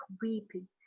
weeping